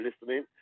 listening